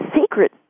secret